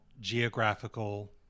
geographical